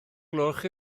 gloch